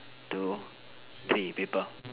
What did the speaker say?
two three paper